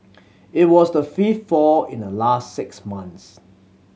it was the fifth fall in the last six months